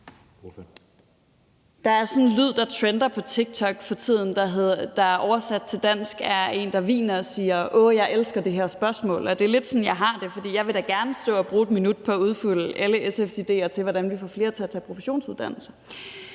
Der er sådan en lyd, der trender på TikTok for tiden, og som oversat til dansk er en, der hviner og siger: Åh, jeg elsker det her spørgsmål. Og det er lidt sådan, jeg har det, for jeg vil da gerne stå og bruge 1 minut på at udfolde alle SF's idéer til, hvordan vi får flere til at tage professionsuddannelser.